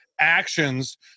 actions